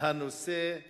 הנושא